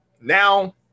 now